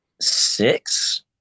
six